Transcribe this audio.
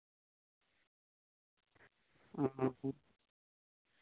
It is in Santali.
ᱚ